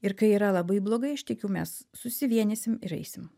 ir kai yra labai blogai aš tikiu mes susivienysim ir eisim